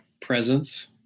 presence